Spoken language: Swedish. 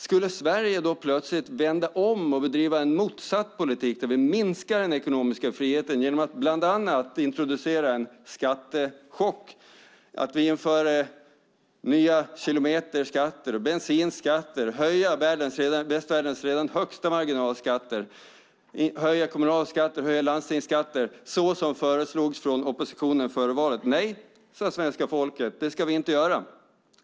Skulle Sverige då plötsligt vända om och bedriva en motsatt politik där vi minskar den ekonomiska friheten genom att bland annat introducera en skattechock, införa nya kilometerskatter och bensinskatter, höja västvärldens redan högsta marginalskatter, höja kommunalskatter och höja landstingsskatter, såsom föreslogs från oppositionen före valet? Nej, sade svenska folket, det ska vi inte göra.